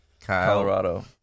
Colorado